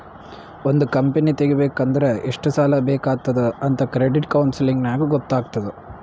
ಒಂದ್ ಕಂಪನಿ ತೆಗಿಬೇಕ್ ಅಂದುರ್ ಎಷ್ಟ್ ಸಾಲಾ ಬೇಕ್ ಆತ್ತುದ್ ಅಂತ್ ಕ್ರೆಡಿಟ್ ಕೌನ್ಸಲಿಂಗ್ ನಾಗ್ ಗೊತ್ತ್ ಆತ್ತುದ್